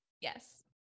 yes